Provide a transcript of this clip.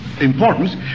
importance